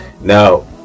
Now